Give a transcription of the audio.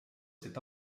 s’est